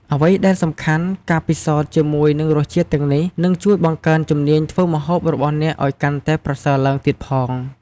អ្វីដែលសំខាន់ ការពិសោធន៍ជាមួយនឹងរសជាតិទាំងនេះ នឹងជួយបង្កើនជំនាញធ្វើម្ហូបរបស់អ្នកឱ្យកាន់តែប្រសើរឡើងទៀតផង។